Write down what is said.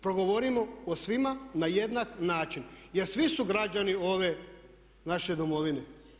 Progovorimo o svima na jednak način jer svi su građani ove naše domovine.